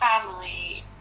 family